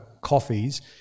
coffees